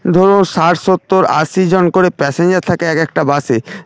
ধরুন ষাট সত্তর আশিজন করে প্যাসেঞ্জার থাকে এক একেকটা বাসে